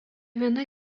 viena